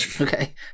okay